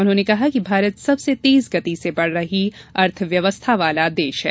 उन्होंने कहा कि भारत सबसे तेज गति से बढ़ रही अर्थव्यवस्था वाला देश हैं